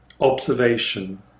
observation